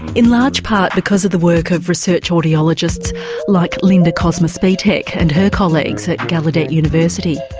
in large part, because of the work of research audiologists like linda kozma-spytek and her colleagues at gallaudet university.